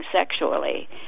sexually